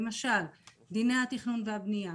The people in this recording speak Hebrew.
למשל דיני התכנון והבנייה,